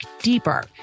deeper